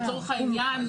לצורך העניין,